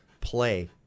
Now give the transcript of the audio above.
Play